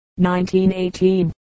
1918